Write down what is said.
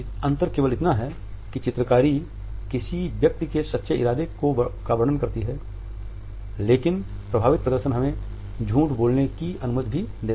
अंतर केवल इतना है कि चित्रकारी किसी व्यक्ति के सच्चे इरादे का वर्णन करती हैं लेकिन प्रभावित प्रदर्शन हमें झूठ बोलने की अनुमति देता है